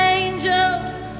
angels